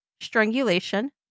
strangulation